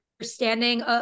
understanding